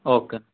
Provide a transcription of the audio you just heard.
okay